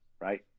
Right